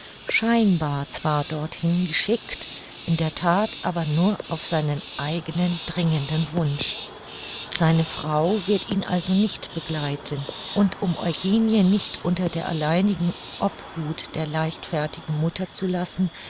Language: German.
scheinbar zwar dorthin geschickt in der that aber nur auf seinen eigenen dringenden wunsch seine frau wird ihn also nicht begleiten und um eugenie nicht unter der alleinigen obhut der leichtfertigen mutter zu lassen